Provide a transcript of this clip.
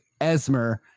Esmer